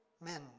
men